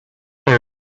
there